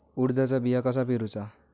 उडदाचा बिया कसा पेरूचा?